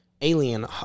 alien